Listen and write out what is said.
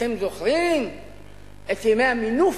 אתם זוכרים את ימי המינוף?